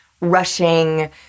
rushing